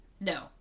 No